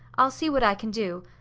i'll see what i can do.